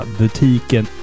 butiken